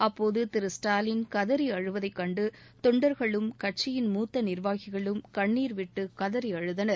அப்போது திரு ஸ்டாலின் கதறி அழுவதைக் கண்டு தொண்டர்களும் கட்சியின் மூத்த நிர்வாகிகளும் கண்ணீர் விட்டு கதறி அழுதனர்